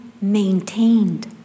maintained